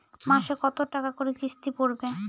মাসে কত টাকা করে কিস্তি পড়বে?